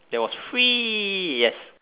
that was free yes